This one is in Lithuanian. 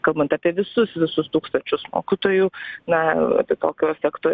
kalbant apie visus visus tūkstančius mokytojų na apie tokio efekto